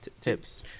tips